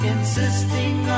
Insisting